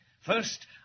First